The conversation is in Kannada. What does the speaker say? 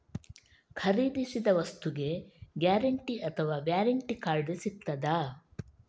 ಖರೀದಿಸಿದ ವಸ್ತುಗೆ ಗ್ಯಾರಂಟಿ ಅಥವಾ ವ್ಯಾರಂಟಿ ಕಾರ್ಡ್ ಸಿಕ್ತಾದ?